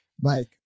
Mike